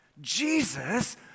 Jesus